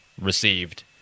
received